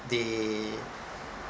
they